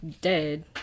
dead